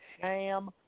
sham